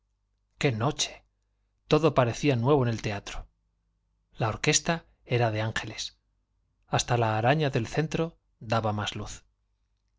qué noche todo parecía dulce poderosa y nuevo en el teatro la orquesta era de ángeles hasta la araña del centro daba más luz